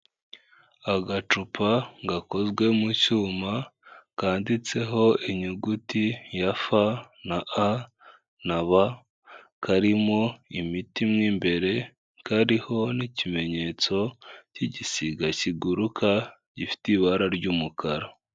Agacupa gakozwe mu cyuma kanditseho inyuguti ya F na A na B karimo imiti mo imbere kariho n'ikimenyetso cy'igisiga kiguruka gifite ibara ry'umukara.